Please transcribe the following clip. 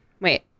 wait